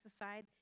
aside